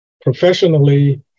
Professionally